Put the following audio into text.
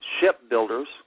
shipbuilders